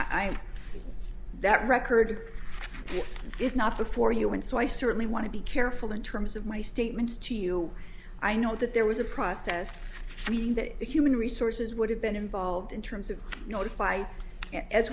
am that record is not before you and so i certainly want to be careful in terms of my statements to you i know that there was a process i mean that human resources would have been involved in terms of notif